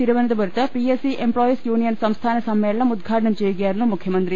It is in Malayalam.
തിരുവനന്തപുരുത്ത് പിഎസ് സി എംപ്ലോയീസ് യൂണിയൻ സംസ്ഥാന സമ്മേളനം ഉദ്ഘാടനം ചെയ്യുകയായിരുന്നു മുഖ്യമന്ത്രി